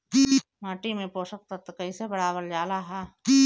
माटी में पोषक तत्व कईसे बढ़ावल जाला ह?